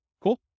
Cool